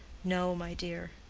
no, my dear.